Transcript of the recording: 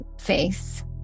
face